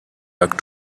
back